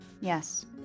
yes